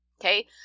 Okay